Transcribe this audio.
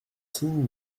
signe